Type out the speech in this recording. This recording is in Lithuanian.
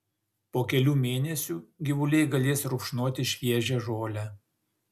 po kelių mėnesių gyvuliai galės rupšnoti šviežią žolę